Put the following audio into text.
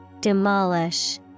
Demolish